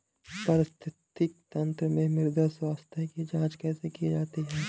पारिस्थितिकी तंत्र में मृदा स्वास्थ्य की जांच कैसे की जाती है?